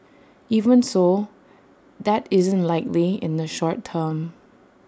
even so that isn't likely in the short term